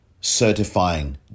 certifying